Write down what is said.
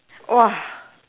!wah!